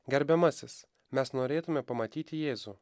gerbiamasis mes norėtume pamatyti jėzų